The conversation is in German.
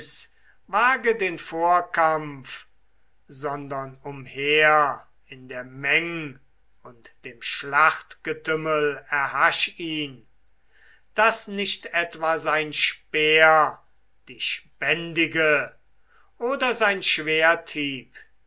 wage den vorkampf sondern umher in der meng und dem schlachtgetümmel erhasch ihn daß nicht etwa sein speer dich bändige oder sein schwerthieb